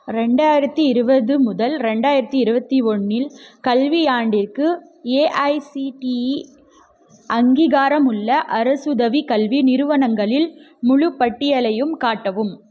ரெண்டாயிரத்து இருபது முதல் ரெண்டாயிரத்து இருபத்தி ஒன்றில் கல்வியாண்டிற்கு ஏஐசிடிஇ அங்கீகாரமுள்ள அரசுதவிக் கல்வி நிறுவனங்களின் முழுப் பட்டியலையும் காட்டவும்